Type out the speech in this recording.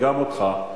וגם אותך.